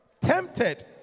Tempted